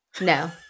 No